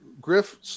Griff